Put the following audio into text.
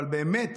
אבל באמת